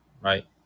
Right